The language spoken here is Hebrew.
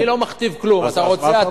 אני לא מכתיב כלום, אז מה אתה רוצה?